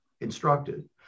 instructed